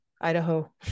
Idaho